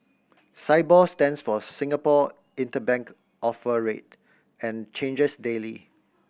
Sibor stands for Singapore Interbank Offer Rate and changes daily